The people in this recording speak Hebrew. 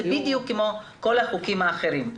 זה בדיוק כמו כל החוקים האחרים.